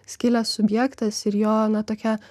skilęs subjektas ir jo na tokia